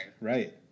Right